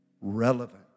relevant